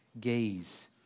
gaze